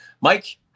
mike